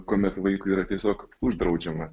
kuomet vaikui yra tiesiog uždraudžiama